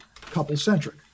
couple-centric